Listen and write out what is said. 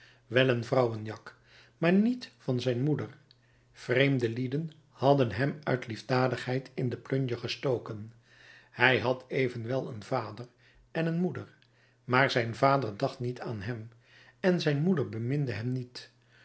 wel een vrouwenjak maar niet van zijn moeder vreemde lieden hadden hem uit liefdadigheid in de plunje gestoken hij had evenwel een vader en een moeder maar zijn vader dacht niet aan hem en zijn moeder beminde hem niet